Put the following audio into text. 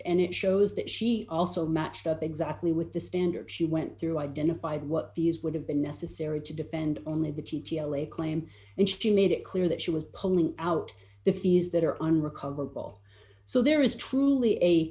and it shows that she also matched up exactly with the standard she went through identified what fees would have been necessary to defend only the t t l a claim and she made it clear that she was pulling out the fees that are unrecoverable so there is truly a